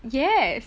yes